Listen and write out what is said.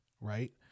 Right